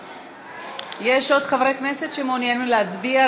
בעד יש עוד חברי כנסת שמעוניינים להצביע,